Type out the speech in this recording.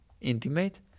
intimate